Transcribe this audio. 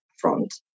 front